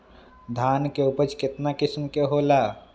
धान के उपज केतना किस्म के होला?